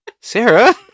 Sarah